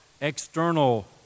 external